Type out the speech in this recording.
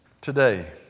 today